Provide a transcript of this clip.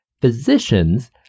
Physicians